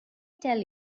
tell